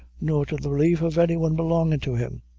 nor to the relief of any one belongin' to him.